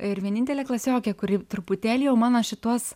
ir vienintelė klasiokė kuri truputėlį jau mano šituos